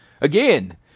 Again